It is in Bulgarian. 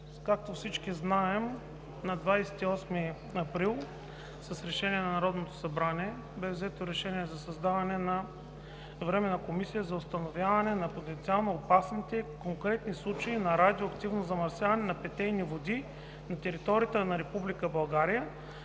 Както всички знаем, на 28 април Народното събрание взе решение за създаване на Временна комисия за установяване на потенциално опасните и конкретни случаи на радиоактивно замърсяване на питейни води на територията на